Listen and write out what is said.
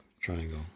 triangle